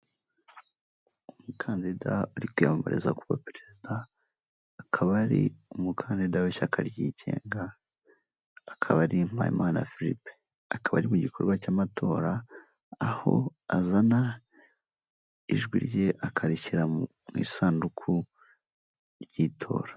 Umukandida uri kwiyamamariza kuba perezida, akaba ari umukandida w'ishyaka ryigenga. Akaba ari MUHAYIMANA philippe. Akaba ari mu gikorwa cy'amatora, aho azana ijwi rye akarishyira mu isanduku Y'itora.